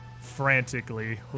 frantically